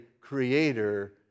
creator